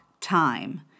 time